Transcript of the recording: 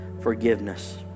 forgiveness